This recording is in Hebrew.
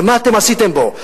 ומה אתם עשיתם בו?